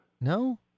no